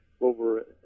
over